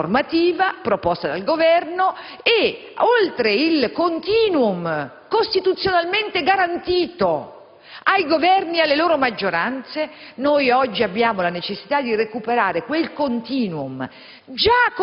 normativa proposta dal Governo. E oltre il *continuum* costituzionalmente garantito ai Governi e alle loro maggioranze, oggi abbiamo la necessità di recuperare quel *continuum*,